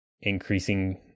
increasing